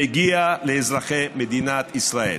מגיע לאזרחי מדינת ישראל.